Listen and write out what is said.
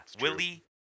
Willie